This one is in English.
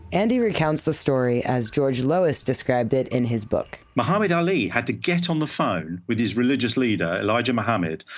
and he recounts the story as george lois described it in his book. muhammad ali had to get on the phone with his religious leader, elijah muhammad,